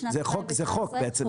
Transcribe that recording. בשנת 2019. זה חוק בעצם,